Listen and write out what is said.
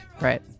Right